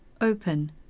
open